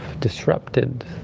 disrupted